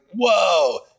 whoa